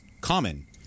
common